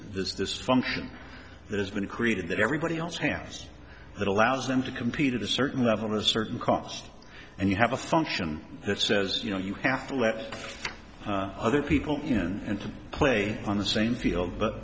this function that has been created that everybody else hands that allows them to compete at a certain level a certain cost and you have a function that says you know you have to let other people in and to play on the same field but